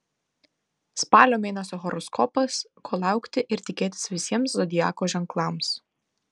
spalio mėnesio horoskopas ko laukti ir tikėtis visiems zodiako ženklams